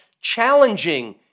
challenging